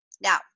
Now